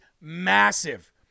massive